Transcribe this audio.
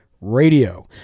radio